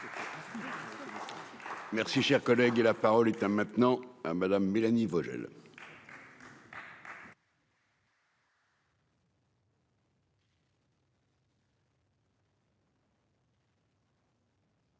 Merci, cher collègue, et la parole est à maintenant hein Madame Mélanie Vogel.